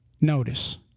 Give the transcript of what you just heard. notice